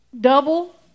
Double